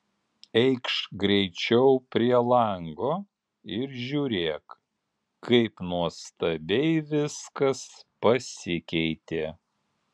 eikš greičiau prie lango ir žiūrėk kaip nuostabiai viskas pasikeitė